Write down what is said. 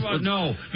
No